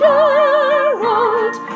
Gerald